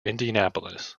indianapolis